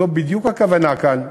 זאת בדיוק הכוונה כאן,